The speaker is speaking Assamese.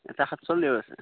ইয়াতে সাতশ বুলি কৈছে